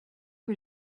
que